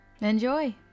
Enjoy